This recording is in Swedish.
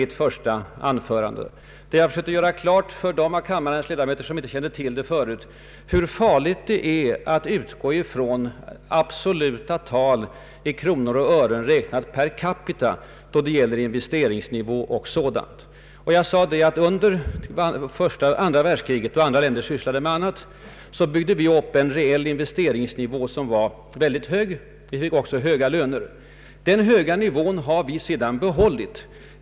I det anförandet sökte jag göra klart för dem av kammarens ledamöter som inte förut kände till hur farligt det är att utgå ifrån absoluta tal i kronor och ören räknat per capita då det gäller investeringsnivå och sparande. Jag påvisade att vi i Sve rige under andra världskriget, då andra länder sysslade med annat, byggde upp en reell investeringsnivå som var mycket hög, och också en hög lönenivå. Den har vi sedan i stort sett bibehållit.